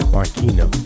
Marquino